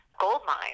goldmine